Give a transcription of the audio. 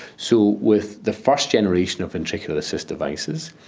so with the first generation of ventricular assist devices,